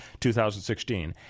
2016